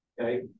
okay